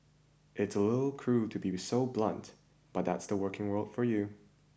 it's a little cruel to be so blunt but that's the working world for you